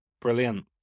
brilliant